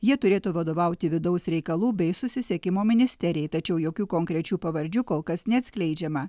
jie turėtų vadovauti vidaus reikalų bei susisiekimo ministerijai tačiau jokių konkrečių pavardžių kol kas neatskleidžiama